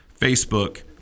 Facebook